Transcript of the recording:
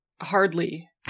Hardly